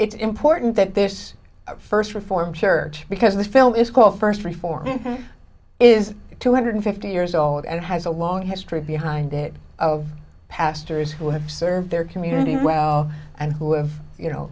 it's important that this first reformed church because this film is called first reform and is two hundred fifty years old and has a long history behind it of pastors who have served their community well and who have you know